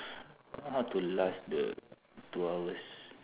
how to last the two hours